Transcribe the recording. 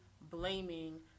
blaming